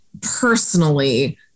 personally